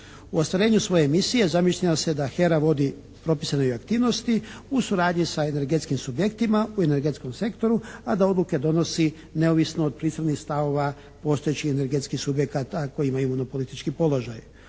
U ostvarenju svoje misije zamišlja se da HERA vodi propisane aktivnosti u suradnji sa energetskim subjektima u energetskom sektoru, a da odluke donosi neovisno od … /Govornik se ne razumije./ … stavova postojećih energetskih subjekata koji imaju monopolistički položaj.